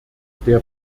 der